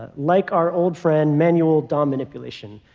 ah like our old friend manual dom manipulation,